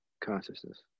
consciousness